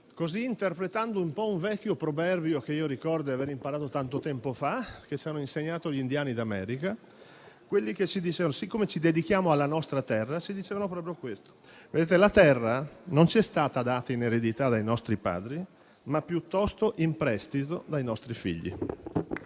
e si pone nel solco di un vecchio proverbio che ricordo di aver imparato tanto tempo fa e che ci hanno insegnato gli indiani d'America i quali, siccome ci dedichiamo alla nostra terra, ci dicevano proprio questo: la terra non ci è stata data in eredità dai nostri padri, ma piuttosto in prestito dai nostri figli.